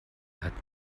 hat